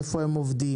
איפה הם עובדים,